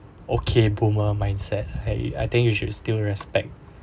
okay boomer mindset !hey! I think you should still respect